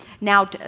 Now